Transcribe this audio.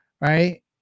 right